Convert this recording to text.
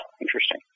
Interesting